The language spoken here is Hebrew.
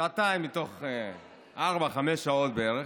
שעתיים מתוך ארבע-חמש שעות בערך.